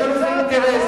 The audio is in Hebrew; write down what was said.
יש לנו איזה אינטרס.